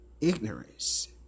ignorance